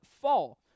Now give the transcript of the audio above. fall